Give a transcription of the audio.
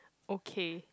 okay